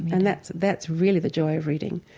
and that's that's really the joy of reading.